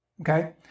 Okay